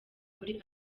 muri